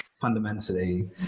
fundamentally